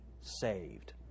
saved